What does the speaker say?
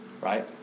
right